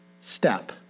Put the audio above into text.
step